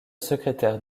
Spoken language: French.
secrétaire